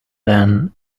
than